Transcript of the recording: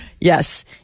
Yes